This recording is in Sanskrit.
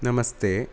नमस्ते